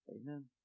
Amen